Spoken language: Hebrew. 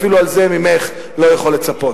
אפילו את זה ממך לא יכול לצפות.